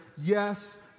yes